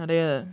நிறைய